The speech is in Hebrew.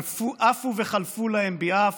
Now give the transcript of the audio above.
עפו וחלפו להם ביעף,